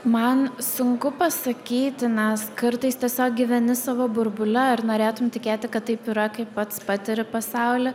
man sunku pasakyti nes kartais tiesiog gyveni savo burbule ir norėtum tikėti kad taip yra kaip pats patiri pasaulį